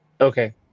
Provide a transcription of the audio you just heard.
Okay